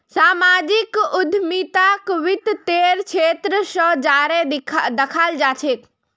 सामाजिक उद्यमिताक वित तेर क्षेत्र स जोरे दखाल जा छेक